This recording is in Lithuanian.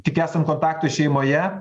tik esant kontaktui šeimoje